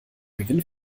gewinn